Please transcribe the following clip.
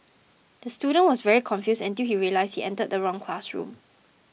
the student was very confused until he realised he entered the wrong classroom